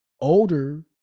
older